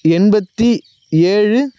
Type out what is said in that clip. எண்பத்தி ஏழு